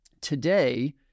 today